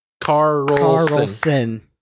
Carlson